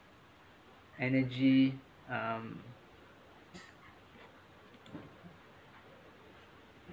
energy um